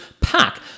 pack